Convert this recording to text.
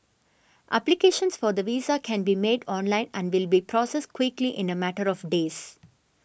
applications for the visa can be made online and will be processed quickly in a matter of days